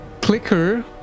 Clicker